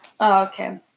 Okay